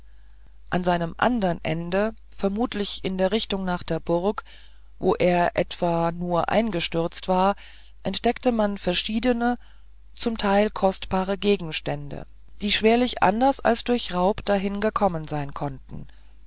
an seinem andern ende vermutlich in der richtung nach der burg wo er etwa nur eingestürzt war entdeckte man verschiedene zum teil kostbare gegen stände die schwerlich anders als durch raub dahin gekommen sein konnten